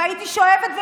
והייתי שואבת,